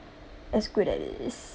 as good as it is